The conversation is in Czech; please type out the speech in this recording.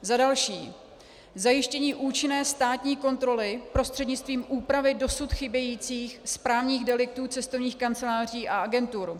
Za další zajištění účinné státní kontroly prostřednictvím úpravy dosud chybějících správních deliktů cestovních kanceláří a agentur.